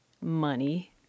money